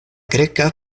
greka